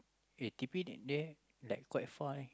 okay T_P and there like quite far leh